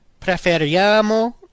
preferiamo